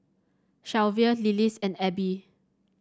Shelvia Lillis and Abe